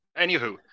Anywho